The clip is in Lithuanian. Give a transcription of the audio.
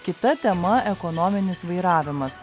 kita tema ekonominis vairavimas